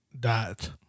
dot